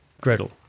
Gretel